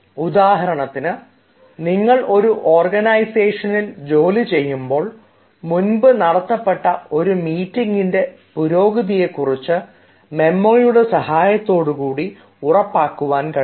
ഉദാഹരണത്തിന് നിങ്ങൾ ഒരു ഓർഗനൈസേഷനിൽ ജോലി ചെയ്യുമ്പോൾ മുൻപ് നടത്തപ്പെട്ട ഒരു മീറ്റിങ്ങിൻറെ പുരോഗതിയെ കുറിച്ച് മെമ്മോയുടെ സഹായത്തോടുകൂടി ഉറപ്പാക്കുവാൻ കഴിയും